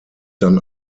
dann